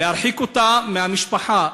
להרחיק אותה מהמשפחה,